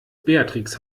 beatrix